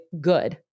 good